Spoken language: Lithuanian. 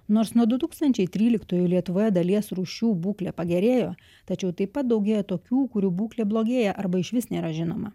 nors nuo du tūkatsnčiai tryliktųjų lietuvoje dalies rūšių būklė pagerėjo tačiau taip pat daugėja tokių kurių būklė blogėja arba išvis nėra žinoma